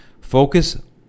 Focus